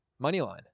Moneyline